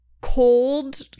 cold